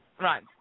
Right